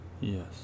Yes